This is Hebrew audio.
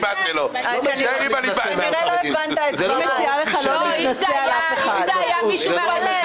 לא מתאים לכם להתנשא על חרדים, אתם דווקא עמך,